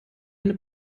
eine